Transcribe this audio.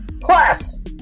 Plus